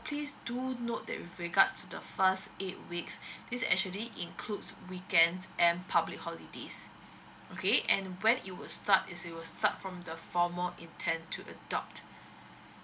please do note that with regards to the first eight weeks this actually includes weekends and public holidays okay and when it would start is it will start from the formal intend to adopt